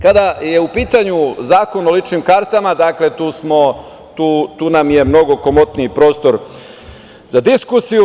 Kada je u pitanju Zakon o ličnim kartama, tu nam je mnogo komotniji prostor za diskusiju.